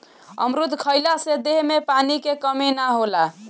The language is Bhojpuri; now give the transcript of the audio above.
अमरुद खइला से देह में पानी के कमी ना होला